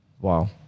wow